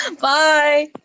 Bye